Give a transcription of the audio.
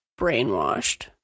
brainwashed